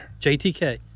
JTK